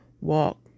walk